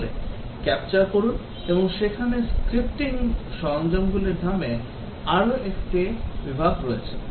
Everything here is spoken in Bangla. তাহলে ক্যাপচার করুন এবং সেখানে স্ক্রিপ্টিং সরঞ্জামগুলির নামে আরও একটি বিভাগ রয়েছে